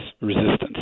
resistance